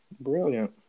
Brilliant